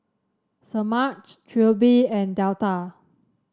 Semaj Trilby and Delta